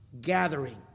gathering